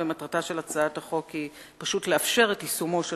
ומטרתה של הצעת החוק היא פשוט לאפשר את יישומו של